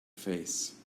face